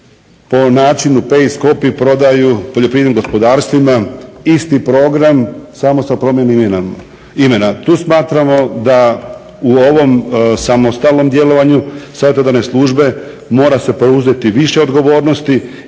po načinu paste-copy prodaju poljoprivrednim gospodarstvima isti program samo sa promijenjenim imenom. Tu smatramo da u ovom samostalnom djelovanju savjetodavne službe mora se preuzeti više odgovornosti